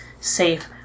safe